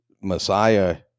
Messiah